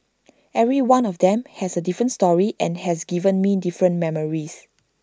every one of them has A different story and has given me different memories